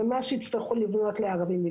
ומה שיצטרכו לבנות לערבים,